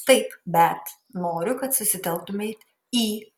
taip bet noriu kad susitelktumei į